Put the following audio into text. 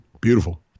beautiful